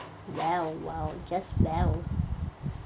!wow! !wow! just !wow!